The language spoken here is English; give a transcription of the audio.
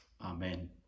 Amen